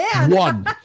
One